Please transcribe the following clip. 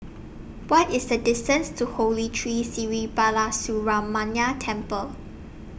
What IS The distance to Holy Tree Sri Balasubramaniar Temple